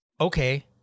okay